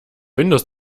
windows